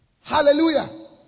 Hallelujah